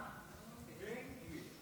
בן גביר.